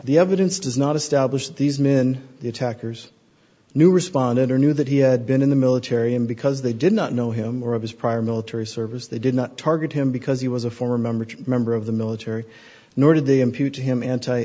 the evidence does not establish that these men the attackers knew respondent or knew that he had been in the military and because they did not know him or of his prior military service they did not target him because he was a former member member of the military nor did they impute to him anti